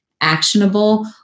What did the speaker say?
actionable